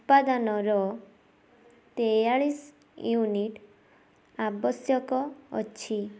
ଉପାଦାନର ତେୟାଳିଶ ୟୁନିଟ୍ ଆବଶ୍ୟକ ଅଛି